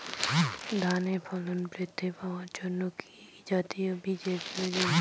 ধানে ফলন বৃদ্ধি পাওয়ার জন্য কি জাতীয় বীজের প্রয়োজন?